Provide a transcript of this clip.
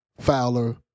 Fowler